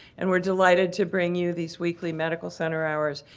and we're delighted to bring you these weekly medical center hours,